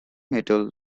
metal